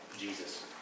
Jesus